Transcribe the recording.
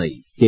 I K